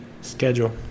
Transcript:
schedule